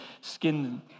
skin